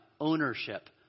ownership